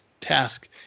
task